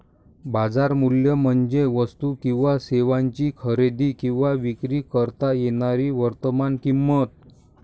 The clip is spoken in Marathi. बाजार मूल्य म्हणजे वस्तू किंवा सेवांची खरेदी किंवा विक्री करता येणारी वर्तमान किंमत